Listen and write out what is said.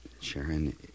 Sharon